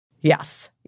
Yes